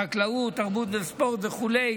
חקלאות, תרבות וספורט וכו'.